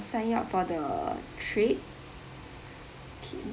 sign up for the trip